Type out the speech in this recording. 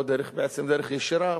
או בעצם דרך ישירה,